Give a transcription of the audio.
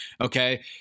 Okay